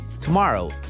Tomorrow